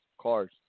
cars